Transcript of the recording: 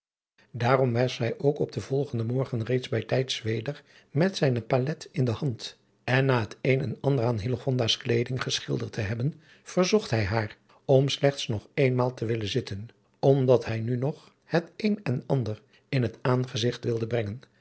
aarom was hij ook op den volgenden morgen reeds bijtijds weder met sijne palet in de hand en na het een en ander aan s kleeding geschilderd te hebben verzocht hij haar om slechts nog eenmaal te willen zitten omdat hij nu nog het een en ander in het aangezigt wilde brengen